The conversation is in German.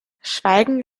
schweigen